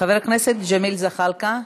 חבר הכנסת ג'מאל זחאלקה.